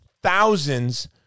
thousands